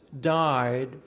died